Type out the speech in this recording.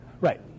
Right